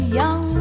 young